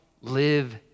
live